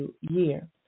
year